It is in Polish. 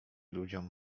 ludziom